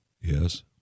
Yes